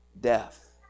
Death